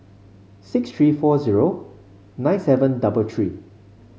six three four zero nine seven double three